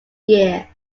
year